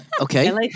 Okay